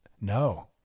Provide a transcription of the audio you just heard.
no